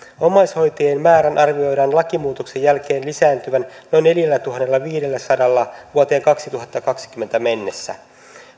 omaishoitajien määrän arvioidaan lakimuutoksen jälkeen lisääntyvän noin neljällätuhannellaviidelläsadalla vuoteen kaksituhattakaksikymmentä mennessä